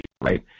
right